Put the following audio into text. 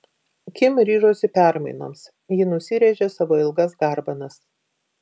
kim ryžosi permainoms ji nusirėžė savo ilgas garbanas